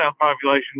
population